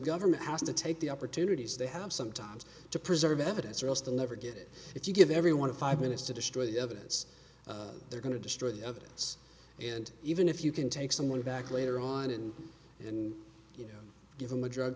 government has to take the opportunities they have sometimes to preserve evidence or else they'll never get it if you give everyone a five minutes to destroy the evidence they're going to destroy the evidence and even if you can take someone back later on and you give them a drug